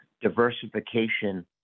diversification